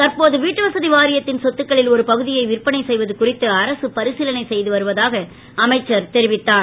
தற்போது வீட்டுவசதி வாரியத்தின் சொத்துகளில் ஒரு பகுதியை விற்பனை செய்வது குறித்து அரசு பரிசிலனை செய்து வருவதாக அமைச்சர் தெரிவித்தார்